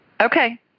Okay